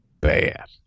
bad